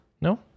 No